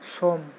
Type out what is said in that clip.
सम